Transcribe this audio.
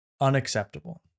unacceptable